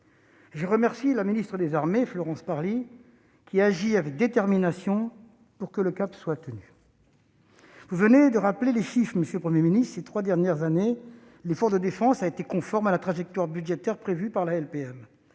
je remercie la ministre des armées, Florence Parly, qui a agi avec détermination pour que le cap soit tenu. Monsieur le Premier ministre, vous venez de rappeler les chiffres : ces trois dernières années, l'effort de défense a été conforme à la trajectoire budgétaire prévue par la LPM.